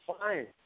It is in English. fine